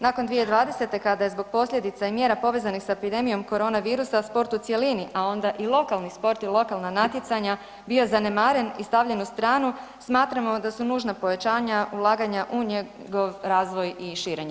Nakon 2020. kada je zbog posljedica i mjera povezanih s epidemijom koronavirusa sport u cjelini, a onda i lokalni sport i lokalna natjecanja bio zanemaren i stavljen u stranu, smatramo da su nužna povećanja ulaganja u njegov razvoj i širenje.